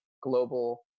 global